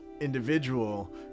individual